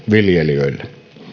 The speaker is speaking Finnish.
viljelijöille